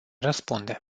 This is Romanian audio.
răspunde